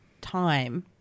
time